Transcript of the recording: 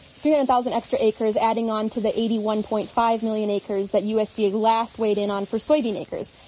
three hundred thousand extra acres adding onto the eighty one point five million acres that usda last weighed in on for soybean acres.